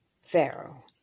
Pharaoh